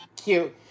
Cute